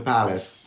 Palace